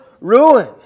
ruin